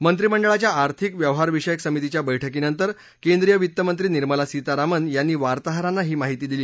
मंत्रिमंडळाच्या आर्थिक व्यवहार विषयक समितीच्या बैठकीनंतर केंद्रीय वित्तमंत्री निर्मला सीतारामन यांनी वार्ताहरांना ही माहिती दिली